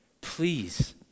Please